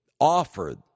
offered